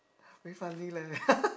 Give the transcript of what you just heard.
very funny leh